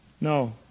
No